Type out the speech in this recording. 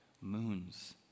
moons